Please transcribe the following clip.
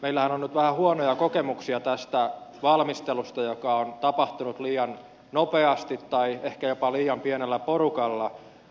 meillähän on nyt vähän huonoja kokemuksia tästä valmistelusta joka on tapahtunut liian nopeasti tai ehkä jopa liian pienellä porukalla